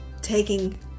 taking